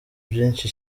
byinshi